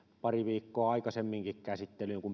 pari viikkoa aikaisemminkin käsittelyyn kun